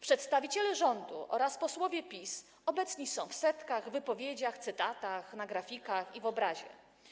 Przedstawiciele rządu oraz posłowie PiS obecni są w setkach, wypowiedziach, cytatach, na grafikach i wizji.